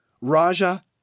Raja